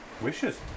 Wishes